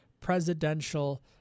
presidential